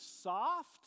soft